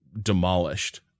demolished